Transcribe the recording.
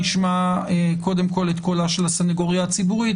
נשמע קודם כל את קולה של הסניגוריה הציבורית